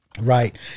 right